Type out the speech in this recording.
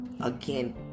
again